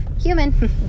human